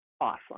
awesome